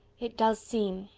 it does seem,